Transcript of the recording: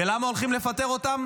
ולמה הולכים לפטר אותם?